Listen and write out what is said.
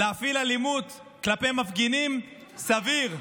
להפעיל אלימות כלפי מפגינים, סביר.